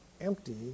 empty